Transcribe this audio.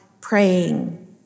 praying